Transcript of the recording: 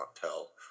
tell